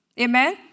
Amen